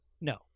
No